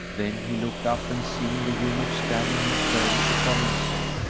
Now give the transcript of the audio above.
then he looked up and, seeing the eunuch standing in service upon him, said,